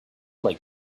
like